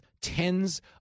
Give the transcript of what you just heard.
tens